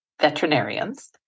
veterinarians